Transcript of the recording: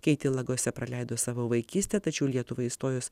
keiti lagose praleido savo vaikystę tačiau lietuvai įstojus